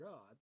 God